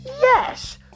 Yes